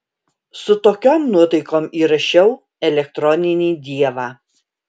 su tokiom nuotaikom įrašiau elektroninį dievą